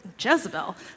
Jezebel